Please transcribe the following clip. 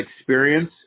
experience